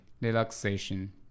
Relaxation